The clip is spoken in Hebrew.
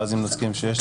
ואז אם נסכים שיש צורך.